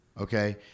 okay